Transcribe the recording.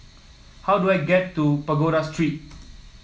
how do I get to Pagoda Street